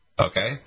Okay